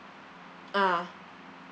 ah